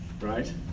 right